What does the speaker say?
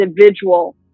individual